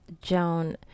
Joan